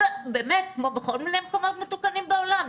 כמו בכל מיני מקומות מתוקנים בעולם?